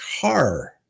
car